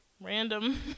random